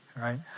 right